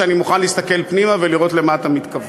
ואני מוכן להסתכל פנימה ולראות למה אתה מתכוון,